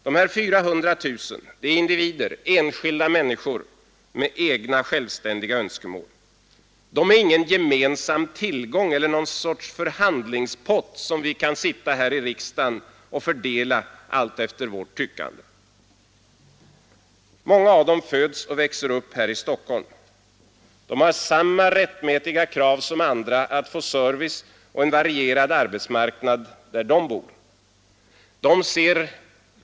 Dessa 400 000 är individer, enskilda människor med egna självständiga önskemål. De är ingen gemensam tillgång eller någon sorts förhandlingspott som vi kan sitta här i riksdagen och fördela allt efter vårt eget tyckande. Många av dem föds och växer upp här i Stockholm. De har samma rättmätiga krav som andra att få service och en varierad arbetsmarknad Nr 144 där de bor.